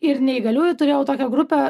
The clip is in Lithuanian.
ir neįgaliųjų turėjau tokią grupę